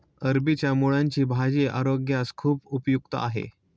अरबीच्या मुळांची भाजी आरोग्यास खूप उपयुक्त आहे